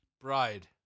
Bride